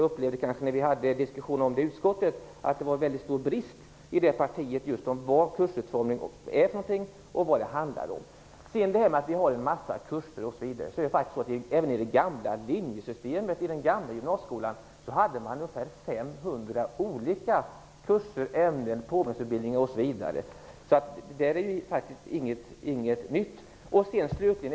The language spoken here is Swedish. Jag upplevde när vi diskuterade detta i utskottet, att det fanns stora brister i det partiet i fråga om just kännedom om vad kursutformning är för någonting. Så till talet om att vi har en massa kurser, osv. Faktum är att i det gamla linjesystemet, den gamla gymnasieskolan, fanns ungefär 500 olika kurser, ämnen, påbyggnadsutbildningar, etc. Så det där är faktiskt inget nytt. Betygssystemet, slutligen.